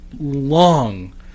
long